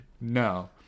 no